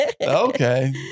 Okay